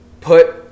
put